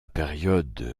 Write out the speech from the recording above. période